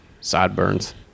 sideburns